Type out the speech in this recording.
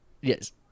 yes